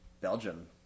Belgium